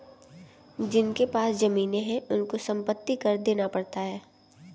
जिनके पास जमीने हैं उनको संपत्ति कर देना पड़ता है